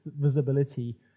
visibility